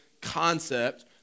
concept